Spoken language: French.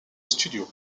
studio